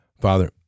Father